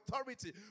authority